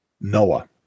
Noah